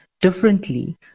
differently